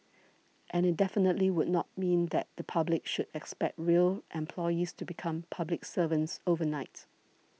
and it definitely would not mean that the public should expect rail employees to become public servants overnight